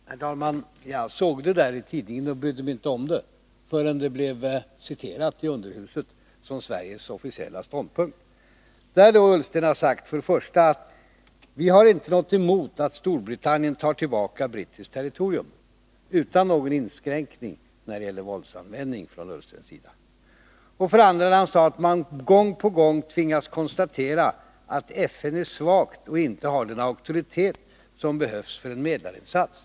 Herr talman! Jag såg Ola Ullstens uttalanden i tidningen, men jag brydde mig inte om dem, förrän de blev citerade i underhuset som Sveriges officiella ståndpunkt. Ola Ullsten har då för det första sagt att vi inte har något emot att Storbritannien tar tillbaka brittiskt territorium — utan någon inskränkning från Ola Ullstens sida när det gäller våldsanvändning. För det andra har han sagt att man gång på gång tvingas konstatera att FN är svagt och inte har den auktoritet som behövs för en medlarinsats.